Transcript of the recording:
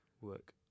work